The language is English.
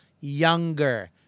younger